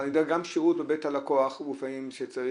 אני יודע שגם שירות בבית הלקוח לפעמים כשצריך,